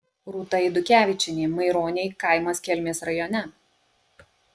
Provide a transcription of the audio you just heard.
rūta eidukevičienė maironiai kaimas kelmės rajone